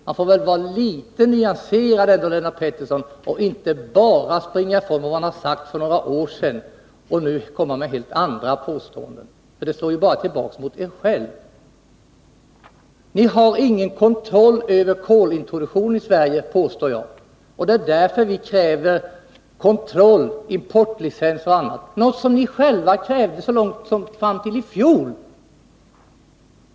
Man får väl ändå vara litet nyanserad och inte bara springa ifrån vad man sagt för några år sedan, för att nu komma med helt andra påståenden — det slår ju bara tillbaka mot er själva. Ni har ingen kontroll över kolintroduktionen i Sverige, påstår jag. Och därför kräver vi kontroll, importlicenser och annat, något som ni själva krävde så sent som i fjol.